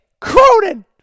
Cronin